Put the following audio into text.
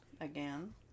again